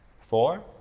four